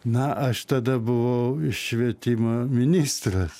na aš tada buvau švietimo ministras